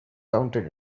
counted